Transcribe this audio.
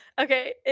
Okay